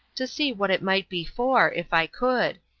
to see what it might be for, if i could.